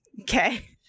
Okay